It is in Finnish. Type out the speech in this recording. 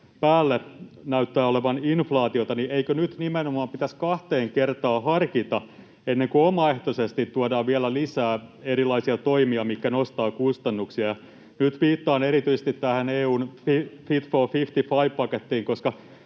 päälle näyttää olevan inflaatiota, niin eikö nyt nimenomaan pitäisi kahteen kertaan harkita ennen kuin omaehtoisesti tuodaan vielä lisää erilaisia toimia, mitkä nostavat kustannuksia? Nyt viittaan erityisesti tähän EU:n Fit for 55 ‑pakettiin,